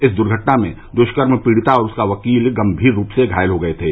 इस दुर्घटना में दुष्कर्म पीड़िता और उसका वकील गंभीर रूप से घायल हो गये थे